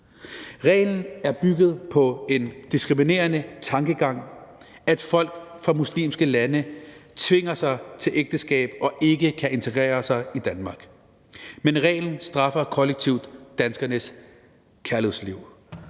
Reglen er bygget på en diskriminerende tankegang om, at folk fra muslimske lande tvinger sig til ægteskab og ikke kan integrere sig i Danmark. Men reglen straffer kollektivt danskernes kærlighedsliv,